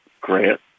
grant